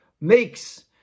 makes